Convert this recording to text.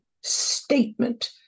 statement